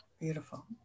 Beautiful